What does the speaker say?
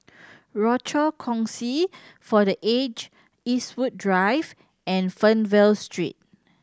Rochor Kongsi for The Aged Eastwood Drive and Fernvale Street